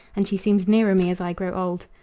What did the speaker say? and she seems nearer me as i grow old.